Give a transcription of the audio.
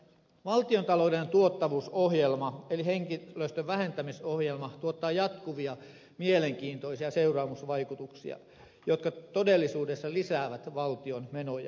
valtiontalouden tuottavuusohjelma eli henkilöstön vähentämisohjelma tuottaa jatkuvia mielenkiintoisia seuraamusvaikutuksia jotka todellisuudessa lisäävät valtion menoja